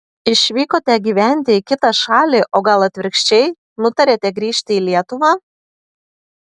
išvykote gyventi į kitą šalį o gal atvirkščiai nutarėte grįžti į lietuvą